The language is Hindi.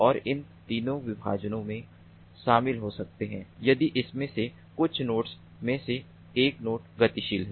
तो इन तीन विभाजनों में शामिल हो सकते हैं यदि इनमें से कुछ नोड्स में से एक नोड गतिशील है